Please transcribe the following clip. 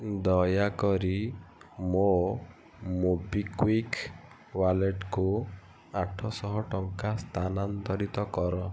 ଦୟାକରି ମୋ ମୋବିକ୍ଵିକ୍ ୱାଲେଟ୍କୁ ଆଠଶହ ଟଙ୍କା ସ୍ଥାନାନ୍ତରିତ କର